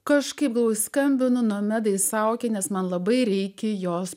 kažkaip skambino nomedai saukienės man labai reikia jos